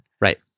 Right